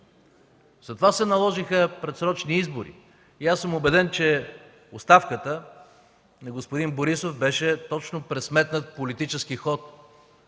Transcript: Затова се наложиха предсрочни избори. Аз съм убеден, че оставката на господин Борисов беше точно пресметнат политически ход,